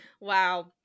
Wow